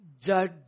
judge